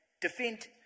defend